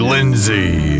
Lindsay